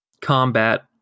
combat